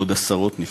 ועוד עשרות נפצעו.